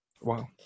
Wow